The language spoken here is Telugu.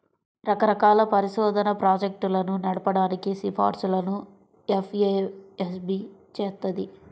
రకరకాల పరిశోధనా ప్రాజెక్టులను నడపడానికి సిఫార్సులను ఎఫ్ఏఎస్బి చేత్తది